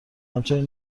همچنین